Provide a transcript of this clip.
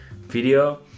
video